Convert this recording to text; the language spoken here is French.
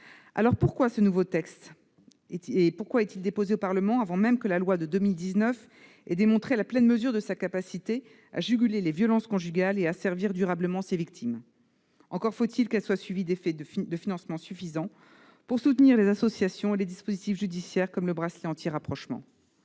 Alors, pourquoi ce nouveau texte est-il déposé au Parlement avant même que la loi de 2019 ait démontré la pleine mesure de sa capacité à juguler les violences conjugales et à servir durablement les victimes, sous réserve qu'elle soit assortie de financements suffisants pour soutenir les associations et les dispositifs judiciaires, comme le bracelet anti-rapprochement